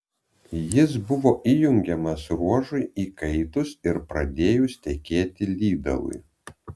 jis buvo įjungiamas ruožui įkaitus ir pradėjus tekėti lydalui